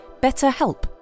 BetterHelp